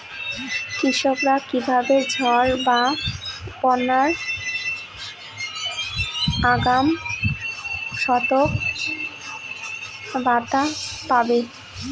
কৃষকেরা কীভাবে ঝড় বা বন্যার আগাম সতর্ক বার্তা পাবে?